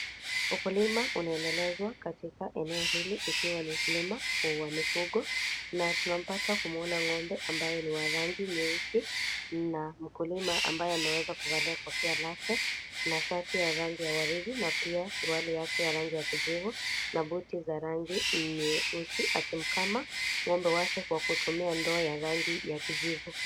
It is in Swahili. Ukulima unaendelezawa Katika eneo hili ikiwa ni ukulima wa mifugo, na tunampata kumuona ng'ombe ambaye ni wa rangi nyeusi na mkulima ambaye ameweza kuvalia kofia lake, na shati ya rangi ya waridi na pia suruali yake ya rangi ya kijivu na buti za rangi nyeusi, akimkamua ng'ombe wake kwa kutumia ndoo ya rangi ya kijivu.